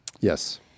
yes